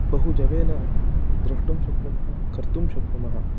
बहु जवेन द्रष्टुं शक्नुमः कर्तुं शक्नुमः